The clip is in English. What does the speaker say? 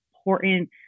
important